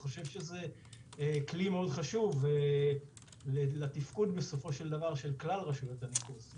אני חושב שזה כלי מאוד חשוב לתפקוד של כלל רשויות הניקוז בסופו של דבר.